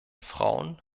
frauen